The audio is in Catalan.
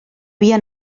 via